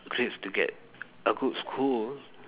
grades to get a good school